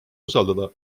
usaldada